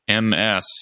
MS